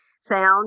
sound